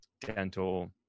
dental